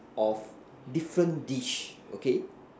of different dish okay